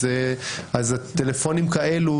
אז טלפונים כאלה,